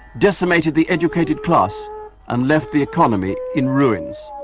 decimated the educated class and left the economy in ruins.